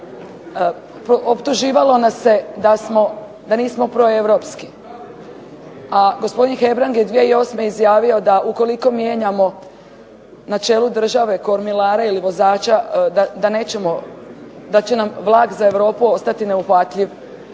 Optuživalo nas se da smo, da nismo proeuropski, a gospodin Hebrang je 2008. izjavio da ukoliko mijenjamo na čelu države kormilare ili vozača da nećemo, da će nam vlak za Europu ostati neuhvatljiv.